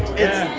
it's,